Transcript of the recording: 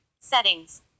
Settings